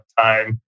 time